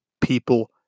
people